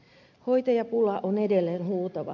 hoitajapula on edelleen huutava